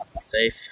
Safe